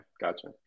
Gotcha